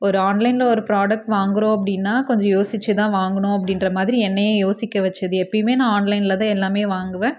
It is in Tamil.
ஒரு ஆன்லைனில் ஒரு ப்ராடக்ட் வாங்கறோம் அப்படினா கொஞ்சம் யோசித்து தான் வாங்கணும் அப்படின்ற மாதிரி என்னையே யோசிக்க வச்சது எப்போயுமே நான் ஆன்லைனில் தான் எல்லாமே வாங்குவேன்